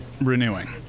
renewing